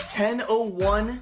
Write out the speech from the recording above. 10:01